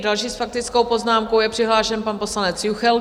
Další s faktickou poznámkou je přihlášen pan poslanec Juchelka.